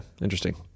interesting